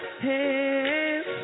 hands